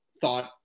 thought